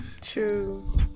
true